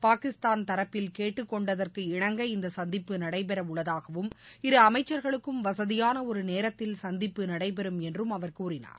பாகிஸ்தான் தரப்பில் கேட்டுக்கொண்டதற்கிணங்க அவர் இந்த சந்திப்பு நடைபெறவுள்ளதாகவும் இரு அமைச்சர்களுக்கும் வசதியான ஒரு நேரத்தில் சந்திப்பு நடைபெறும் என்றும் அவர் கூறினார்